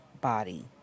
body